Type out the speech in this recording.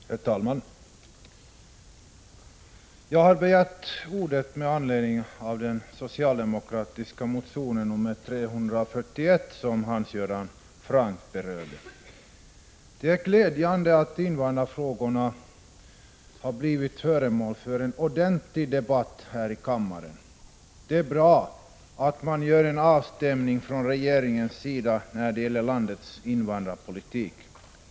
Herr talman! Jag har begärt ordet med anledning av den socialdemokratiska motionen 341, som Hans Göran Franck berörde. Det är glädjande att invandrarfrågorna har blivit föremål för en ordentlig debatt här i kammaren. Det är bra att man gör en avstämning från regeringens sida när det gäller landets invandrarpolitik.